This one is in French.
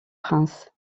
prince